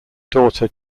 daughter